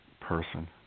person